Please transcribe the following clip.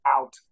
out